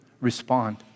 Respond